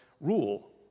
rule